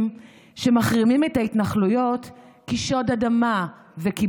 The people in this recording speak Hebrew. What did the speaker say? / שמחרימים את ההתנחלויות / כי שוד אדמה וכיבוש.